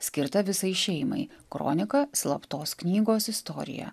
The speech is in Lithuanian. skirta visai šeimai kronika slaptos knygos istorija